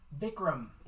Vikram